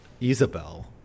Isabel